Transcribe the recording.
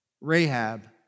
Rahab